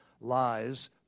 Lies